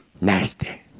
Nasty